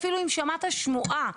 אפילו שמעת שמועה,